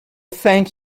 thank